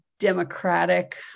Democratic